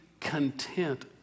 content